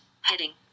Heading